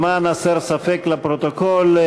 למען הסר ספק, לפרוטוקול,